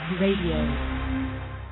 Radio